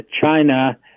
China